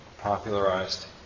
popularized